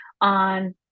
on